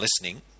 listening